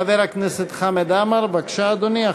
חבר הכנסת חמד עמאר, בבקשה, אדוני.